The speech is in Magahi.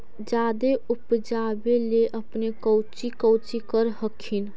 जादे उपजाबे ले अपने कौची कौची कर हखिन?